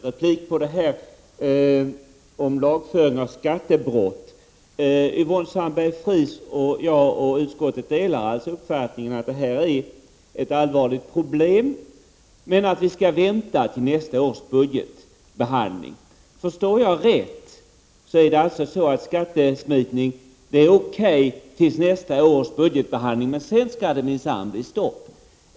Herr talman! Jag hade egentligen inte tänkt tala om lagföring av skattebrott. Yvonne Sandberg-Fries, jag och utskottet delar alltså uppfattningen att detta är ett allvarligt problem, men att vi skall vänta till nästa års budgetbehandling med att lösa det. Om jag förstår detta rätt, är skattesmitning okej till nästa års budgetbehandling, men sedan skall det minsann bli stopp.